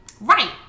Right